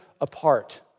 apart